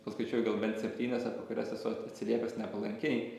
paskaičiuoju gal bent septynias apie kurias esu at atsiliepęs nepalankiai